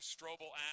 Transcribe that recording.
Strobel